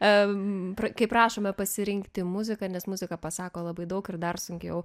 em pra kai prašome pasirinkti muziką nes muzika pasako labai daug ir dar sunkiau